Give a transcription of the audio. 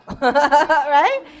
Right